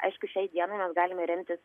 aiškiu šiai dienai mes galime remtis